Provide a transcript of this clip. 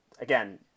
again